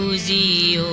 zero